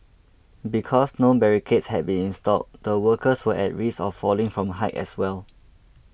because no barricades had been installed the workers were at risk of falling from height as well